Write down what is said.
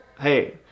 Hey